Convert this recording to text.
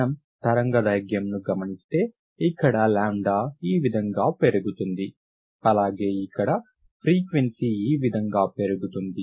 మనం తరంగదైర్ఘ్యంను గమనిస్తే ఇక్కడ లాంబ్డా ఈ విధంగా పెరుగుతుంది అలాగే ఇక్కడ ఫ్రీక్వెన్సీ ఈ విధంగా పెరుగుతుంది